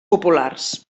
populars